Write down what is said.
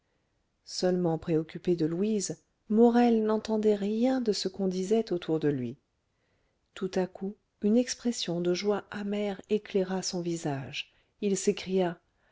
seulement préoccupé de louise morel n'entendait rien de ce qu'on disait autour de lui tout à coup une expression de joie amère éclaira son visage il s'écria